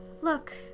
Look